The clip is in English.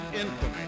infamy